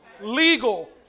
Legal